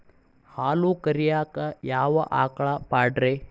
ಹಾಲು ಕರಿಯಾಕ ಯಾವ ಆಕಳ ಪಾಡ್ರೇ?